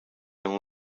can